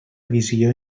visió